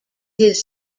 his